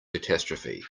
catastrophe